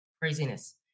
craziness